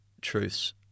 Truths